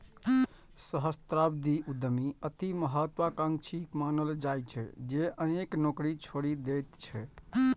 सहस्राब्दी उद्यमी अति महात्वाकांक्षी मानल जाइ छै, जे अनेक नौकरी छोड़ि दैत छै